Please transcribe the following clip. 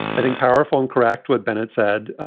i think, powerful and correct what bennett said.